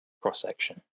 cross-section